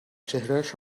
چهرهاش